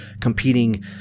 competing